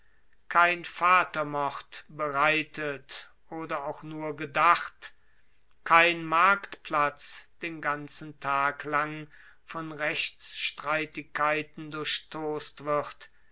kein vatermord bereitet oder auch nur gedacht kein marktplatz den ganzen tag lang von rechtsstreitigkeiten durchtost wird